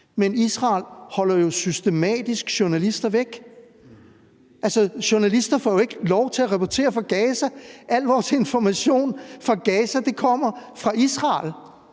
Israel holder jo systematisk journalister væk. Altså, journalister får jo ikke lov til at rapportere fra Gaza, og al vores information fra Gaza kommer fra Israel.